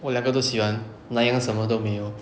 我两个都喜欢 nanyang 什么都没有